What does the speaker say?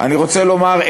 אני רוצה לומר,